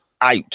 out